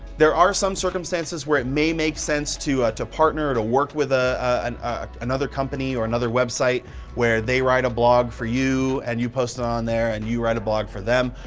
there are some circumstances where it may make sense to ah to partner or to work with ah and another company or another website where they write a blog for you and you post it on there and you write a blog for them,